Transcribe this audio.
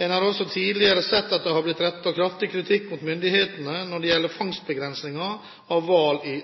En har også tidligere sett at det er blitt rettet kraftig kritikk mot myndighetene når det gjelder fangstbegrensninger av hval i